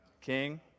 King